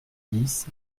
dix